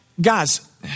guys